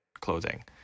clothing